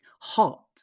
hot